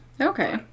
Okay